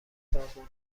سازمان